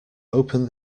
open